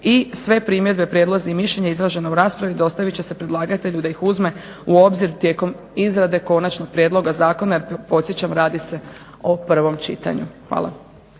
i sve primjedbe, prijedlozi i mišljenja izražena u raspravi dostavit će se predlagatelju da ih uzme u obzir tijekom izrade konačnog prijedloga zakona jer podsjećam radi se o prvom čitanju. Hvala.